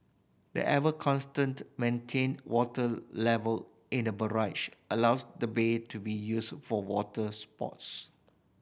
the ever constantly maintained water level in the barrage allows the bay to be used for water sports